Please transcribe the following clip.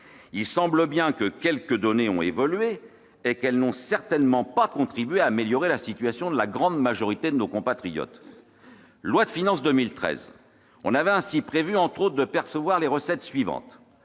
il semble bien que quelques données ont évolué et qu'elles n'ont certainement pas contribué à améliorer la situation de la grande majorité de nos compatriotes. Dans la loi de finances pour 2013, on avait ainsi prévu, entre autres, de percevoir les recettes suivantes